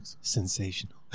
Sensational